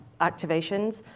activations